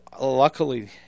luckily